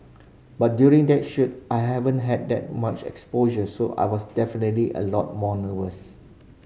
but during that shoot I haven't had that much exposure so I was definitely a lot more nervous